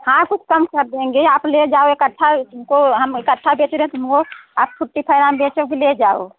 हाँ कुछ कम कर देंगे आप ले जाओ एक अच्छा तुमको हम इकट्ठा देकर आप ले जाओ